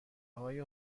های